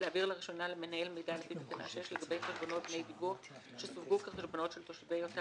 להעביר לראשונה למנהל מידע לפי תקנה 6 לגבי חשבונות בני דיווח